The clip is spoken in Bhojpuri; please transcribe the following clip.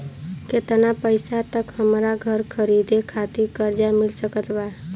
केतना पईसा तक हमरा घर खरीदे खातिर कर्जा मिल सकत बा?